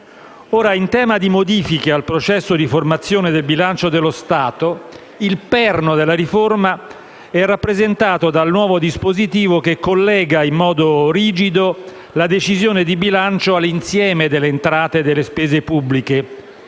In tema di modifiche al processo di formazione del bilancio dello Stato, il perno della riforma è rappresentato dal nuovo dispositivo che collega in modo rigido la decisione di bilancio all'insieme delle entrate e delle spese pubbliche,